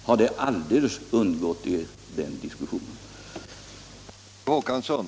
Har den diskussionen alldeles undgått er?